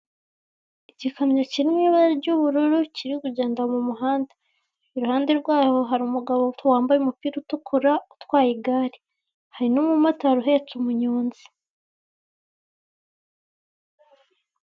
Igikamyo kiri mu ibara ry'ubururu kiri kugenda mu muhanda, iruhande rwaho hari umugabo wambaye umupira utukura utwaye igare hari n'umumotari utwaye umunyonzi.